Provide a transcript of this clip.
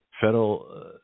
Federal –